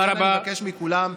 לכן אני מבקש מכולם,